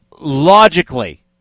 logically